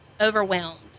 overwhelmed